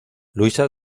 luisa